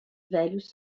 velhos